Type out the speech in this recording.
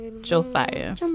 josiah